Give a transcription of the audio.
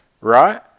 right